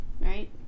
right